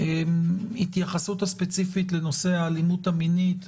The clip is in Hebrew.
את ההתייחסות הספציפית לנושא האלימות המינית,